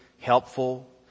helpful